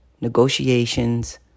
negotiations